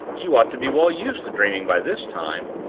you ought to be well used to dreaming by this time.